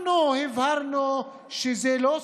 אנחנו הבהרנו שזה לא שמאל,